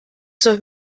zur